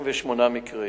2. כמה מקרים